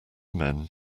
men